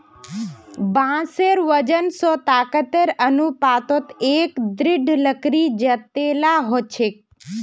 बांसेर वजन स ताकतेर अनुपातत एक दृढ़ लकड़ी जतेला ह छेक